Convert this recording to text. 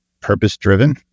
purpose-driven